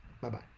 Bye-bye